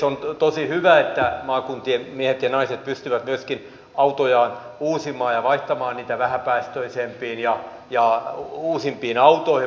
on tosi hyvä että maakuntien miehet ja naiset pystyvät myöskin autojaan uusimaan ja vaihtamaan niitä vähäpäästöisempiin ja uusimpiin autoihin